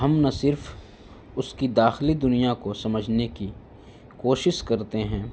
ہم نہ صرف اس کی داخلی دنیا کو سمجھنے کی کوشش کرتے ہیں